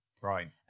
Right